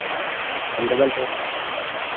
हम डबल पैसे